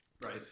Right